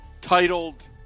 titled